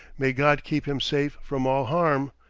may god keep him safe from all harm,